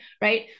Right